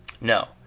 No